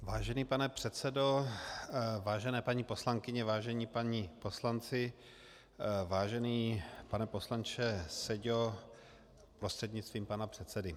Vážený pane předsedo, vážené paní poslankyně, vážení páni poslanci, vážený pane poslanče Seďo prostřednictvím pana předsedy.